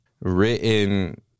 written